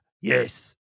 yes